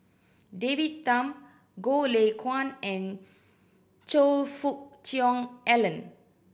David Tham Goh Lay Kuan and Choe Fook Cheong Alan